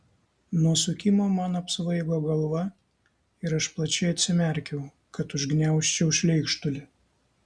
nuo sukimo man apsvaigo galva ir aš plačiai atsimerkiau kad užgniaužčiau šleikštulį